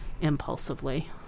impulsively